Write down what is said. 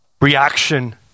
reaction